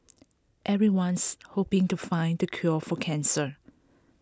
everyone's hoping to find the cure for cancer